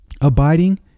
Abiding